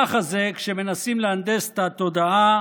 ככה זה כשמנסים להנדס את התודעה